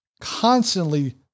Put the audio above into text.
constantly